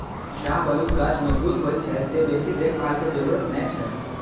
शाहबलूत गाछ मजगूत होइ छै, तें बेसी देखभाल के जरूरत नै छै